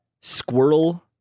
squirrel